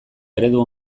eredu